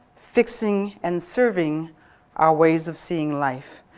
fixing, and serving are ways of seeing life.